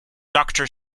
doctor